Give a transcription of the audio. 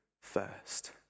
first